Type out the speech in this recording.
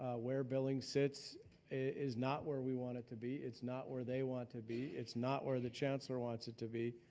where billings sits is not where we want it to be, it's not where they want to be, it's not where the chancellor wants it to be.